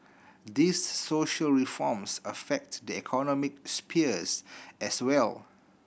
these social reforms affect the economic spheres as well